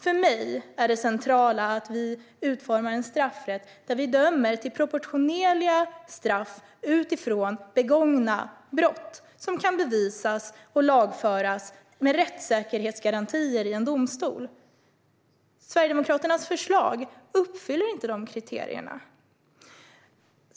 För mig är det centrala att vi utformar en straffrätt där vi dömer till proportionerliga straff utifrån begångna brott som kan bevisas och lagföras med rättssäkerhetsgarantier i en domstol. Sverigedemokraternas förslag uppfyller inte de kriterierna.